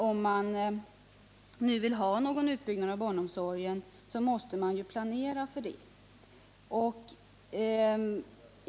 Om man vill ha en utbyggnad av barnomsorgen måste man ju planera.